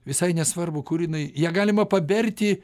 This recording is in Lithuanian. visai nesvarbu kur jinai ją galima paberti